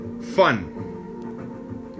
fun